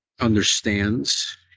understands